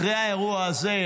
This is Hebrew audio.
אחרי האירוע הזה,